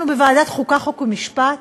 אנחנו בוועדת חוקה, חוק ומשפט